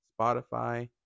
Spotify